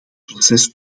proces